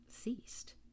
ceased